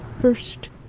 First